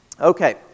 okay